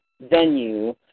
venue